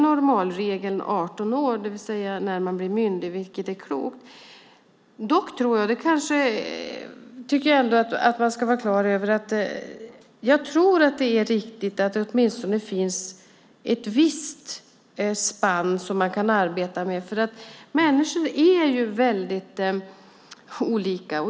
Normalregeln är 18 år, det vill säga när man blir myndig, vilket är klokt. Jag tror dock att det är viktigt att det finns ett visst spann som man kan arbeta med. Människor är olika.